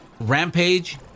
Rampage